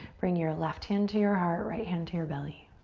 bring your left hand to your heart, right hand to your belly.